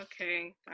Okay